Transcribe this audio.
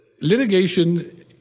litigation